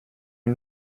une